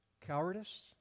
cowardice